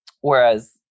Whereas